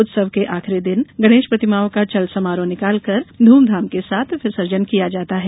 उत्सव के आखरी दिन गणेश प्रतिमाओं का चल समारोह निकालकर धूम धाम के साथ विसर्जन किया जाता है